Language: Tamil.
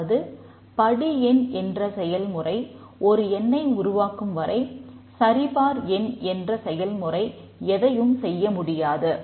அதாவது படி எண் என்ற செயல்முறை ஒரு எண்ணை உருவாக்கும் வரை சரிபார் எண் என்ற செயல்முறை எதையும் செய்ய முடியாது